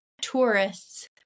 tourists